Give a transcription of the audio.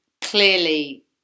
clearly